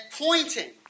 pointing